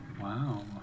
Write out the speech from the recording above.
Wow